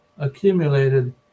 Accumulated